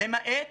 למעט